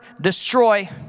destroy